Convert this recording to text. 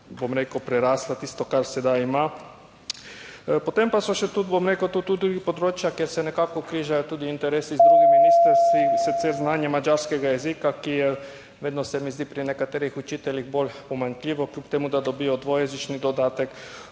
bom rekel, prerasla tisto kar sedaj ima. Potem pa so še tudi, bom rekel to tudi področja, kjer se nekako križajo tudi interesi z drugimi ministrstvi, in sicer znanje madžarskega jezika, ki je vedno, se mi zdi, pri nekaterih učiteljih bolj pomanjkljivo, kljub temu, da dobijo dvojezični dodatek.